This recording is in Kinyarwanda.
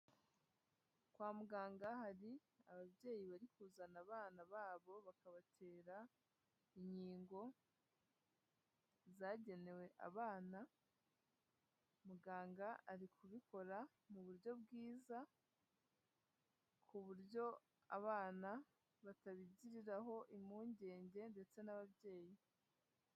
Kwa muganga hari ababyeyi bari kuzana abana babo bakabatera inkingo zagenewe abana, muganga ari kubikora mu buryo bwiza ku buryo abana batabigiriraho impungenge ndetse n'ababyeyi.